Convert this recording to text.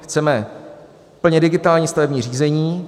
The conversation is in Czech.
Chceme plně digitální stavební řízení.